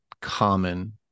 common